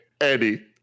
Eddie